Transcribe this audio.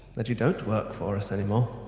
that you don't work for us anymore. oh,